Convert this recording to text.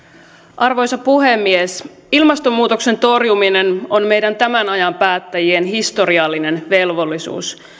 arvoisa puhemies ilmastonmuutoksen torjuminen on meidän tämän ajan päättäjien historiallinen velvollisuus